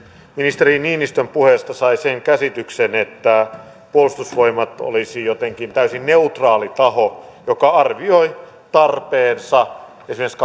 ministeri niinistön puheesta sai sen käsityksen että puolustusvoimat olisi jotenkin täysin neutraali taho joka arvioi tarpeensa esimerkiksi